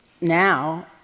now